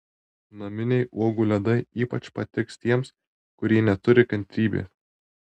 naminiai uogų ledai ypač patiks tiems kurie neturi kantrybės